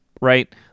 right